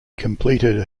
completed